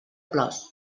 plors